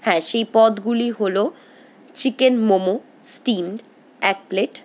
হ্যাঁ সেই পদগুলি হল চিকেন মোমো স্টীমড এক প্লেট